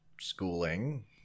schooling